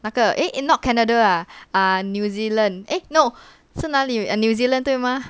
eh eh not canada ah ah new zealand eh no 是哪里 new zealand 对吗